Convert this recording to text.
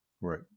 Right